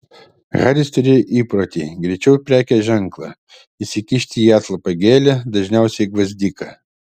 haris turėjo įprotį greičiau prekės ženklą įsikišti į atlapą gėlę dažniausiai gvazdiką